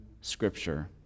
Scripture